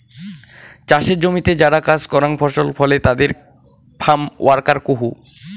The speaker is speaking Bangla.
চাসের জমিতে যারা কাজ করাং ফসল ফলে তাদের ফার্ম ওয়ার্কার কুহ